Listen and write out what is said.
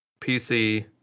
PC